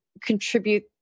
contribute